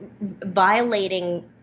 violating